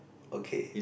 okay